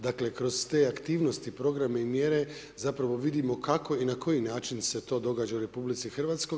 Dakle kroz te aktivnosti, programe i mjere vidimo kako i na koji način se to događa u RH.